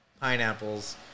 pineapples